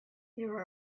there